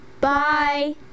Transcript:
Bye